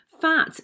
Fat